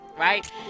right